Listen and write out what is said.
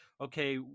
okay